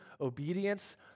obedience